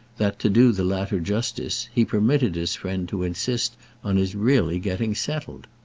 that, to do the latter justice, he permitted his friend to insist on his really getting settled.